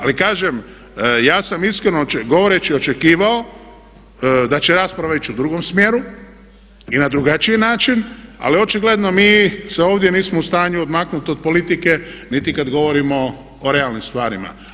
Ali kažem, ja sam iskreno govoreći očekivao da će rasprava ići u drugom smjeru i na drugačiji način ali očigledno mi se ovdje nismo u stanju odmaknuti od politike niti kad govorimo o realnim stvarima.